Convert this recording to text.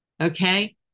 Okay